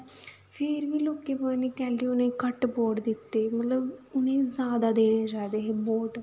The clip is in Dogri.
फिर बी लोकें पता नी कैल्ली उ'नेंगी घट्ट वोट दित्ते मतलब उ'नेंगी जादा देने चाहिदे हे वोट